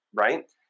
Right